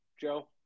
Joe